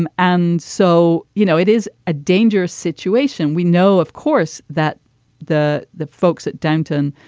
um and so you know it is a dangerous situation we know of course that the the folks at downton.